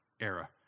era